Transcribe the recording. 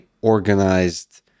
organized